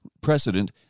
precedent